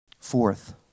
Fourth